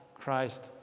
Christ